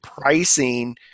pricing